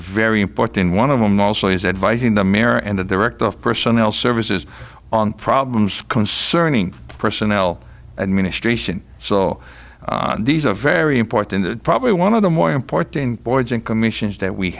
very important one of them also is advising the mayor and the director of personnel services on problems concerning personnel administration so these are very important probably one of the more important boards and commissions that we